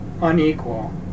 unequal